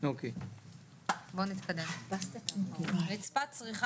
מצד אחד יש רצון,